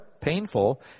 painful